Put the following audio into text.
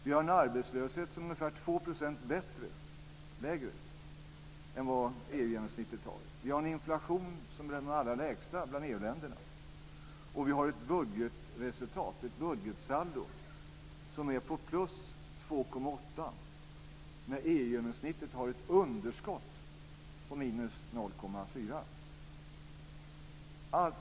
Vi har en arbetslöshet som är ungefär 2 % lägre än vad EU-genomsnittet är. Vi har en inflation som är en av de allra lägsta bland EU-länderna, och vi har ett budgetsaldo som är på plus 2,8 % när EU-genomsnittet är ett underskott på minus 0,4 %.